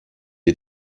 est